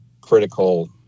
critical –